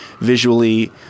visually